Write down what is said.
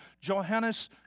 Johannes